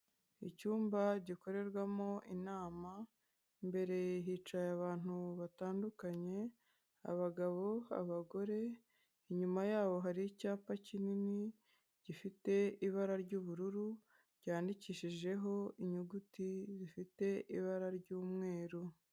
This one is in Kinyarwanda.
Icyumba gikorerwamo inama, imbere hicaye abantu batandukanye abagabo, abagore, inyuma y'abo hari icyapa kinini gifite ibara ry'ubururu ryandikishijeho inyuguti zifite ibara ry'umweru.